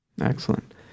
Excellent